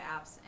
apps